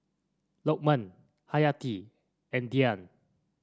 Lukman Haryati and Dian